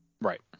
right